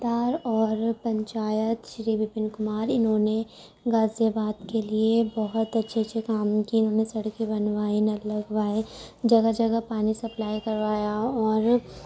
دار اور پنچایت شری وپن کمار انہوں نے غازی آباد کے لیے بہت اچھے اچھے کام کیے انہوں نے سڑکیں بنوائیں نل لگوائے جگہ جگہ پانی سپلائی کروایا اور